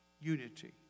Unity